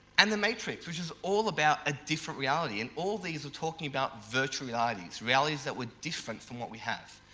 and the matrix which is all about a different reality and all of these are talking about virtual realities, realities that were different from what we have.